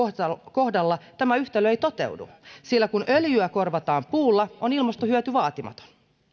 kohdalla tämä yhtälö ei toteudu sillä kun öljyä korvataan puulla on ilmastohyöty vaatimaton